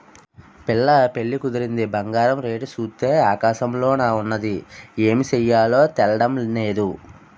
పిల్ల పెళ్లి కుదిరింది బంగారం రేటు సూత్తే ఆకాశంలోన ఉన్నాది ఏమి సెయ్యాలో తెల్డం నేదు